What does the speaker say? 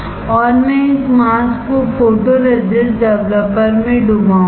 और मैं इस मास्क को फोटोरेसिस्ट डेवलपर में डुबाऊंगा